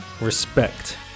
respect